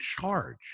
charge